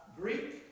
Greek